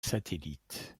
satellites